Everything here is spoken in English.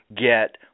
get